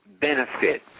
benefit